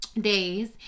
days